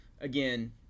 again